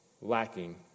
lacking